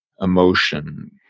emotion